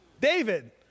David